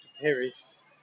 Paris